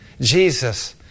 Jesus